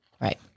Right